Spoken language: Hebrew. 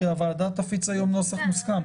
כי הוועדה תפיץ היום נוסח מוסכם.